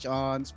on